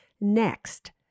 Next